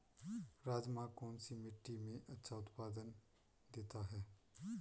राजमा कौन सी मिट्टी में अच्छा उत्पादन देता है?